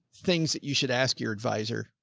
things that you should ask your advisor.